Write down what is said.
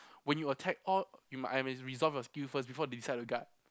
when you attack odd I must resolve your skill first before you decide to guard